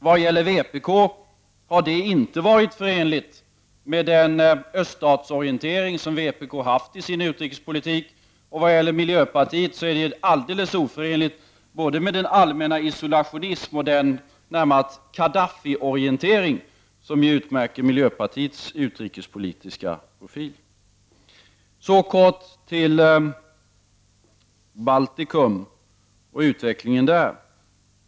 Vad gäller vpk har detta dock inte varit förenligt med den öststatsorientering som vpk haft i sin utrikespolitik, och vad gäller miljöpartiet är det oförenligt med både den allmänna isolationism och närmast Khadaffi-orientering som utmärker miljöpartiets utrikespolitiska profil. Så några få ord om Baltikum och utvecklingen där.